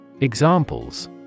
Examples